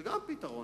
גם זה פתרון.